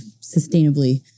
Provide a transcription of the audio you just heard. sustainably